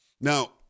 Now